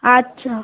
আচ্ছা